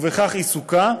ובכך עיסוקה,